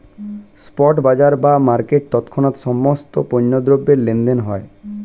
spot বাজার বা মার্কেটে তৎক্ষণাৎ সমস্ত পণ্য দ্রব্যের লেনদেন হয়